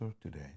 today